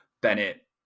Bennett